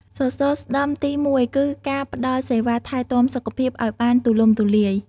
សសរស្តម្ភទី១គឺការផ្តល់សេវាថែទាំសុខភាពឱ្យបានទូលំទូលាយ។